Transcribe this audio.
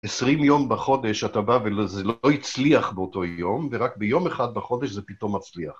20 יום בחודש, אתה בא וזה לא הצליח באותו יום, ורק ביום אחד בחודש זה פתאום מצליח.